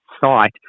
site